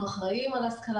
אנחנו אחראים על ההשכלה